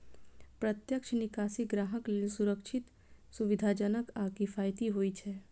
प्रत्यक्ष निकासी ग्राहक लेल सुरक्षित, सुविधाजनक आ किफायती होइ छै